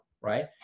right